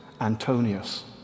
Antonius